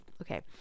Okay